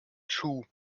chu